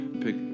pick